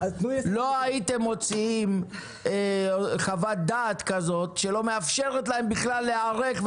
לא הייתם מוציאים חוות דעת כזאת שלא מאפשרת להם בכלל להיערך,